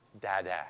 Dada